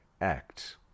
act